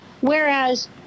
whereas